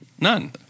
None